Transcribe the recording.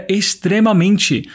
extremamente